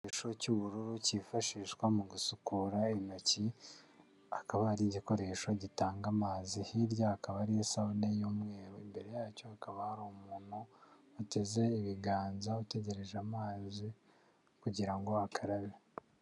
Igikoresho cy'ubururu cyifashishwa mu gusukura intoki, akaba ari igikoresho gitanga amazi, hirya hakaba hari isabune y'umweru, imbere yacyo hakaba hari umumama wateze ibiganza utegereje amazi kugira ngo akarabe.